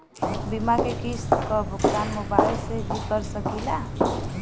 बीमा के किस्त क भुगतान मोबाइल से भी कर सकी ला?